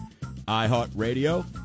iHeartRadio